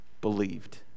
believed